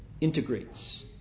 integrates